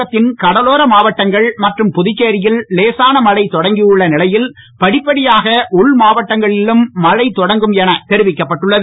தமிழகத்தின் கடலோர மாவட்டங்கள் மற்றும் புதுச்சேரியில் லேசான மழை தொடங்கியுள்ள நிலையில் உள் மாவட்டங்களிலும் மழை படிப்படியாக தொடங்கும் என தெரிவிக்கப்பட்டுள்ளது